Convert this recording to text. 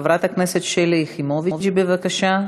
חברת הכנסת שלי יחימוביץ, בבקשה.